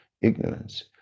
ignorance